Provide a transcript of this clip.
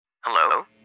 Hello